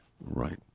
Right